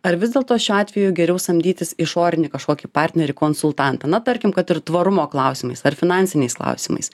ar vis dėlto šiuo atveju geriau samdytis išorinį kažkokį partnerį konsultantą na tarkim kad ir tvarumo klausimais ar finansiniais klausimais